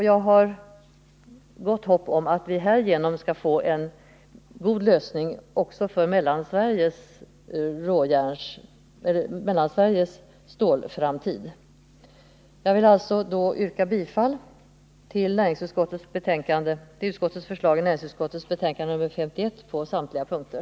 Jag har gott hopp om att frågan skall få en bra lösning också när det gäller Mellansveriges framtida stålindustri. Jag yrkar bifall till utskottets hemställan i näringsutskottets betänkande nr 51 på samtliga punkter.